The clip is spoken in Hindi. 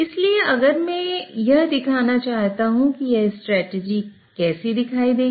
इसलिए अगर मैं यह दिखाना चाहता हूं कि यह स्ट्रेटजी कैसी दिखाई देगी